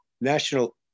National